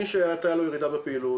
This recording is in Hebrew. מי שהייתה לו ירידה בפעילות,